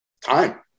time